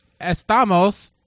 Estamos